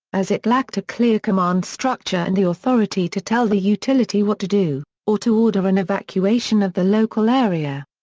as it lacked a clear command structure and the authority to tell the utility what to do, or to order an evacuation of the local area.